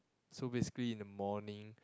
so basically in the morning